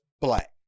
black